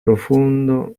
profondo